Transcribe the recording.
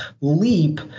leap